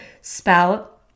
spout